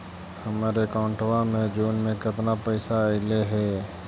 हमर अकाउँटवा मे जून में केतना पैसा अईले हे?